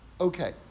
Okay